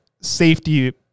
safety